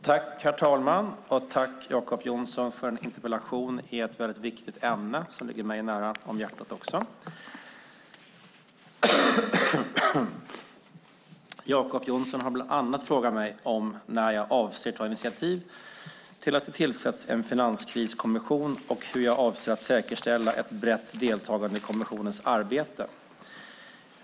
Herr talman! Jag tackar Jacob Johnson för en interpellation i ett viktigt ämne som ligger mig varmt om hjärtat. Jacob Johnson har bland annat frågat mig om när jag avser att ta initiativ till att det tillsätts en finanskriskommission och hur jag avser att säkerställa ett brett deltagande i kommissionens arbete.